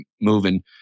moving